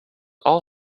all